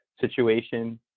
situation